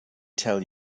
tell